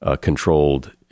controlled